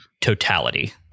totality